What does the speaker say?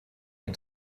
und